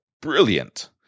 brilliant